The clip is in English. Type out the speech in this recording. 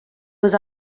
was